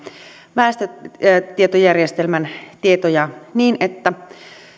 väestötietojärjestelmän tietoja niin että